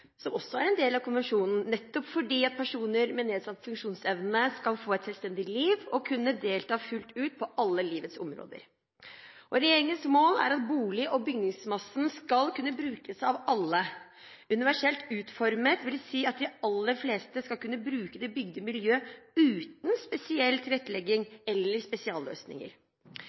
som også er en del av konvensjonen, nettopp fordi personer med nedsatt funksjonsevne skal få et selvstendig liv og kunne delta fullt ut på alle livets områder. Regjeringens mål er at bolig- og bygningsmassen skal kunne brukes av alle. Universelt utformet vil si at de aller fleste skal kunne bruke det bygde miljø uten spesiell tilrettelegging eller spesialløsninger.